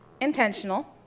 intentional